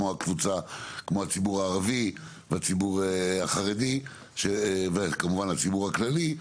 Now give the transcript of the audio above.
כמו הציבור הערבי והציבור החרדי וכמובן הציבור הכללי?